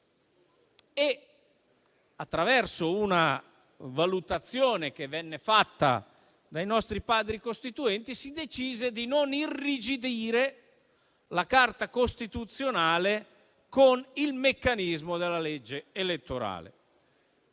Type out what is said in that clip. e, attraverso una valutazione fatta dai nostri Padri costituenti, si decise di non irrigidire la Carta costituzionale con il meccanismo della legge elettorale.